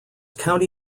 county